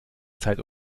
zeit